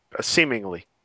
seemingly